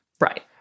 Right